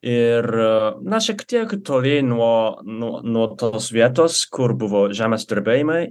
ir na šiek tiek toli nuo nuo nuo tos vietos kur buvo žemės drebėjimai